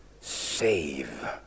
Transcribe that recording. save